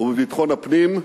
ובביטחון הפנים,